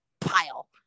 pile